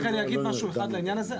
רק אני אגיד משהו אחד לעניין הזה.